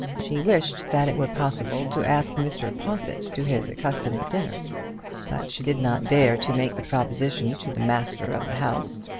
she wished that it were possible to ask mr. possitt to his accustomed dinner but she did not dare to make the proposition to the master of the house.